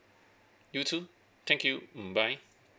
you too thank you mm bye